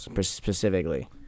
specifically